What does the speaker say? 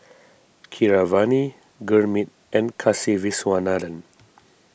Keeravani Gurmeet and Kasiviswanathan